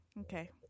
Okay